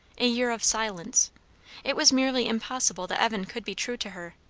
a year of silence it was merely impossible that evan could be true to her.